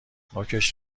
نوکش